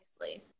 nicely